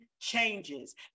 changes